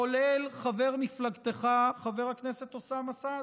כולל חבר מפלגתך חבר הכנסת אוסאמה סעדי,